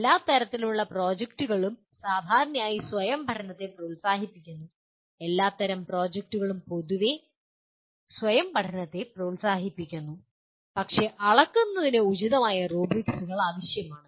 എല്ലാ തരത്തിലുമുള്ള പ്രോജക്ടുകളും സാധാരണയായി സ്വയം പഠനത്തെ പ്രോത്സാഹിപ്പിക്കുന്നു എല്ലാത്തരം പ്രോജക്ടുകളും പൊതുവെ സ്വയം പഠനത്തെ പ്രോത്സാഹിപ്പിക്കുന്നു പക്ഷേ അളക്കുന്നതിന് ഉചിതമായ റൂബ്രിക്സുകൾ ആവശ്യമാണ്